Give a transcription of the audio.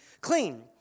clean